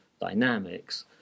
dynamics